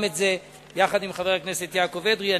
את זה יחד עם חבר הכנסת יעקב אדרי.